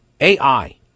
AI